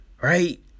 right